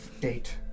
date